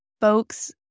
folks